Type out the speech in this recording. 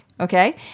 okay